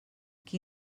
qui